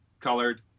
colored